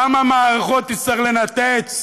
כמה מערכות תצטרך לנתץ